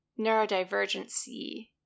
neurodivergency